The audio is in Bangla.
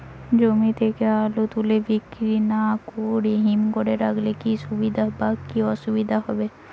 জমি থেকে আলু তুলে বিক্রি না করে হিমঘরে রাখলে কী সুবিধা বা কী অসুবিধা হবে?